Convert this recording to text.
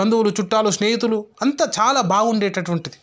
బంధువులు చుట్టాలు స్నేహితులు అంత చాలా బాగుండేటటువంటిది